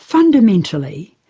fundamentally,